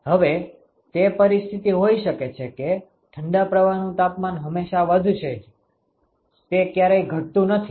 હવે તે પરિસ્થિતિ હોઈ શકે છે કે ઠંડા પ્રવાહનું તાપમાન હંમેશાં વધશે જ તે ક્યારેય ઘટતું નથી